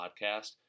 Podcast